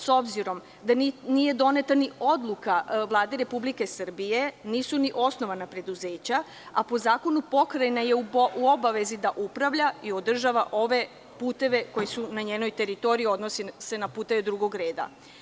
S obzirom da nije doneta ni odluka Vlade Republike Srbije, nisu ni osnovana preduzeća, a po zakonu pokrajina je u obavezi da upravlja i održava ove puteve koji su na njenoj teritoriji, a odnosi se na puteve drugog reda.